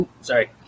Sorry